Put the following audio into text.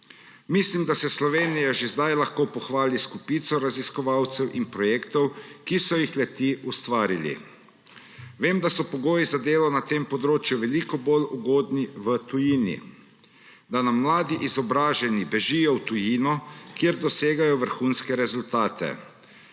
Mislim, da se Slovenija že sedaj lahko pohvali s kopico raziskovalcev in projektov, ki so jih le-ti ustvarili. Vem, da so pogoji za delo na tem področju veliko bolj ugodni v tujini, da nam mladi izobraženi bežijo v tujino, kjer dosegajo vrhunske rezultate,